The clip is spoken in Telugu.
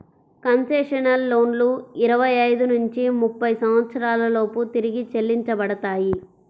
కన్సెషనల్ లోన్లు ఇరవై ఐదు నుంచి ముప్పై సంవత్సరాల లోపు తిరిగి చెల్లించబడతాయి